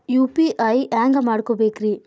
UPI ಹ್ಯಾಂಗ ಮಾಡ್ಕೊಬೇಕ್ರಿ?